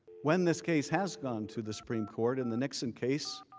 when this case has gone to the supreme court in the nixon case,